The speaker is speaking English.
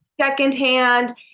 secondhand